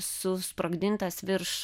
susprogdintas virš